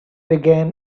began